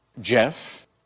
Jeff